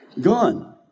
Gone